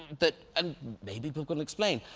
but and maybe people could explain,